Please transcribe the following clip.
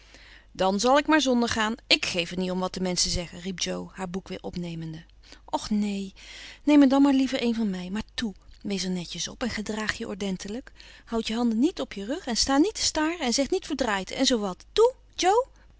dan zal ik maar zonder gaan ik geef er niet om wat de menschen zeggen riep jo haar boek weer opnemende och neen neem er dan maar liever een van mij maar toe wees er netjes op en gedraag je ordentelijk houd je handen niet op je rug en sta niet te staren en zeg niet verdraaid en zoowat toe jo